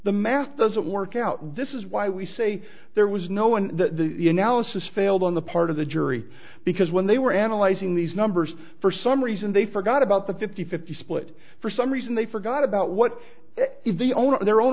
the math doesn't work out this is why we say there was no one to you now it has failed on the part of the jury because when they were analyzing these numbers for some reason they forgot about the fifty fifty split for some reason they forgot about what is the own their own